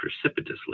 precipitously